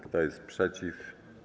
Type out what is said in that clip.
Kto jest przeciw?